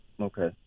Okay